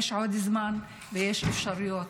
יש עוד זמן ויש אפשרויות.